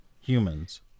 humans